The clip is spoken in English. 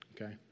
Okay